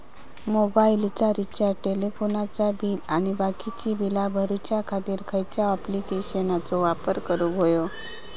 मोबाईलाचा रिचार्ज टेलिफोनाचा बिल आणि बाकीची बिला भरूच्या खातीर खयच्या ॲप्लिकेशनाचो वापर करूक होयो?